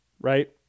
Right